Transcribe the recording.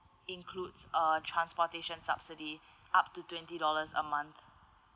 includes a transportation subsidy up to twenty dollars a month